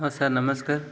ହଁ ସାର୍ ନମସ୍କାର